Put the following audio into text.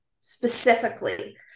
specifically